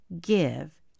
give